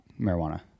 Marijuana